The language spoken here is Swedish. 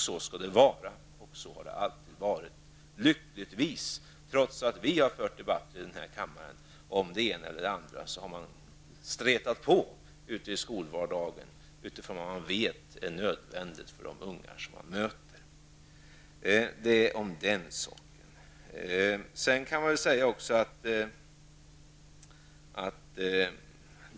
Så skall det vara, och så har det alltid varit -- lyckligtvis. Trots att vi har fört debatter i denna kammare om det ena eller det andra har man ute i skolvardagen alltid stretat på utifrån vad man vet är nödvändigt för de ungdomar som man möter i skolan. Detta om den saken.